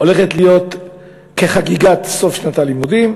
הולכת להיות כחגיגת סוף שנת הלימודים,